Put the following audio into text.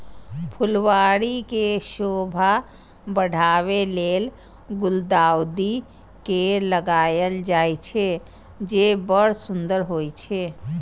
फुलबाड़ी के शोभा बढ़ाबै लेल गुलदाउदी के लगायल जाइ छै, जे बड़ सुंदर होइ छै